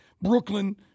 Brooklyn